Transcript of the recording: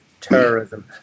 terrorism